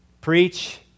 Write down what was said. Preach